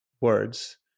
words